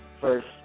first